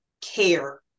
care